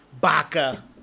Baka